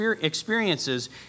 experiences